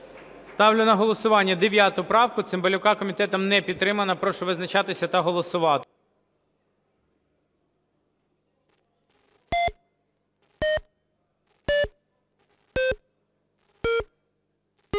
Ставлю на голосування 9 правку Цимбалюка. Комітетом не підтримана. Прошу визначатися та голосувати.